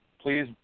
Please